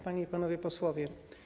Panie i Panowie Posłowie!